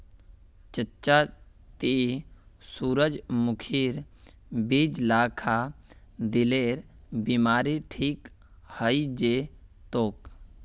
चच्चा ती सूरजमुखीर बीज ला खा, दिलेर बीमारी ठीक हइ जै तोक